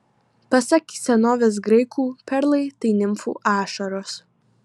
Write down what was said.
pasak senovės graikų perlai tai nimfų ašaros